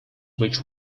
which